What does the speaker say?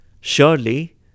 Surely